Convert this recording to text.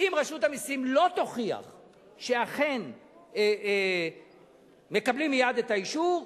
לא תוכיח שאכן מקבלים מייד את האישור,